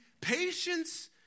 Patience